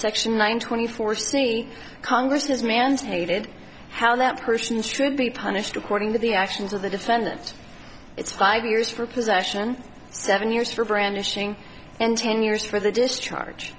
section one twenty four c congress has mandated how that person should be punished according to the actions of the defendant it's five years for possession seven years for brandishing and ten years for the discharge